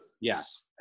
Yes